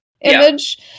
image